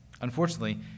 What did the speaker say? Unfortunately